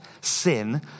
sin